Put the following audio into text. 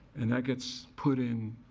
and that gets put in